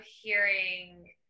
hearing